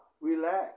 relax